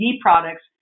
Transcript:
products